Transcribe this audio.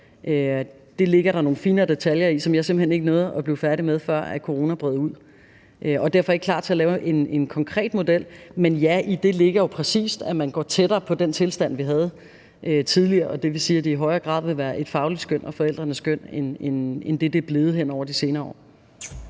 – ligger nogle finere detaljer, som jeg simpelt hen ikke nåede at blive færdig med, før corona brød ud. Derfor er jeg ikke klar til at lave en konkret model. Men ja, i det ligger jo præcis, at man går tættere på den tilstand, vi havde tidligere, og det vil sige, at det i højere grad vil være et fagligt skøn og forældrenes skøn end det, det er blevet hen over de senere år.